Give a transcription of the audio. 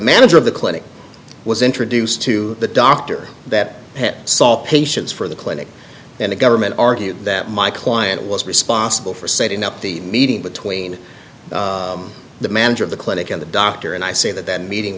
manager of the clinic was introduced to the doctor that saw patients for the clinic and the government argued that my client was responsible for setting up the meeting between the manager of the clinic and the doctor and i say that that meeting